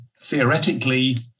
theoretically